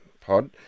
pod